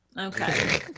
Okay